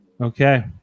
okay